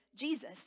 Jesus